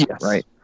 right